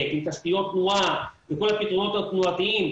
עם תשתיות תנועה וכל הפתרונות התנועתיים,